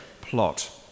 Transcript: plot